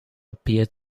appear